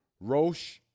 Roche